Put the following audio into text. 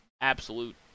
absolute